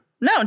No